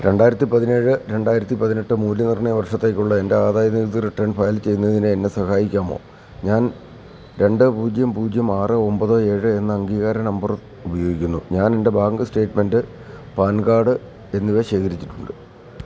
രണ്ടായിരത്തിപ്പതിനേഴ് രണ്ടായിരത്തിപ്പതിനെട്ട് മൂല്യനിർണ്ണയ വർഷത്തേക്കുള്ള എൻ്റെ ആദായ നികുതി റിട്ടേൺ ഫയൽ ചെയ്യുന്നതിന് എന്നെ സഹായിക്കാമോ ഞാൻ രണ്ട് പൂജ്യം പൂജ്യം ആറ് ഒമ്പത് ഏഴ് എന്ന അംഗീകാര നമ്പർ ഉപയോഗിക്കുന്നു ഞാൻ എൻ്റെ ബാങ്ക് സ്റ്റേറ്റ്മെൻ്റ് പാൻ കാർഡ് എന്നിവ ശേഖരിച്ചിട്ടുണ്ട്